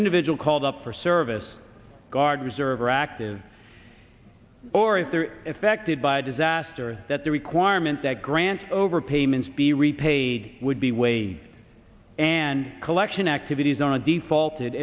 individual called up for service guard reserve or active or if they are effected by a disaster that the requirement that grants overpayments be repaid would be waived and collection activities on a defaulted